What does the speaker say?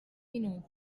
minut